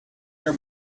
your